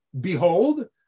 Behold